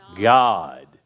God